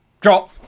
Drop